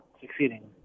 succeeding